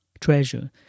treasure